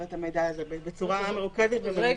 את המידע הזה בצורה מרוכזת וממוסדת.